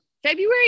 February